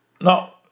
no